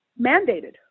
mandated